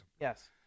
Yes